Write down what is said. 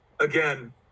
Again